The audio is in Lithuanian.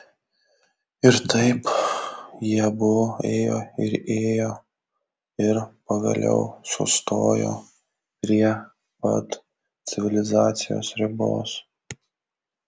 ir taip jie abu ėjo ir ėjo ir pagaliau sustojo prie pat civilizacijos ribos